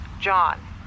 John